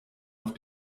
auf